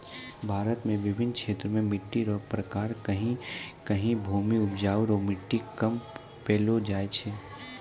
भारत मे बिभिन्न क्षेत्र मे मट्टी रो प्रकार कहीं कहीं भूमि उपजाउ रो मट्टी कम पैलो जाय छै